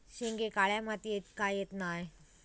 शेंगे काळ्या मातीयेत का येत नाय?